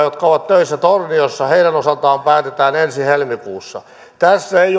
jotka ovat töissä torniossa osalta päätetään ensi helmikuussa tässä ei